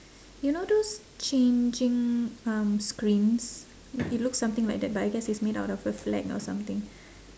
you know those changing um screens it looks something like that but I guess it's made up of a flag or something